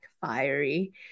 fiery